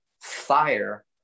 fire